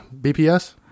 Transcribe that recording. BPS